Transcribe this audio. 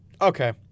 Okay